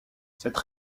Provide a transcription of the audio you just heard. cette